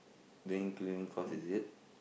doing cleaning course is it